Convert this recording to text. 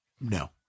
No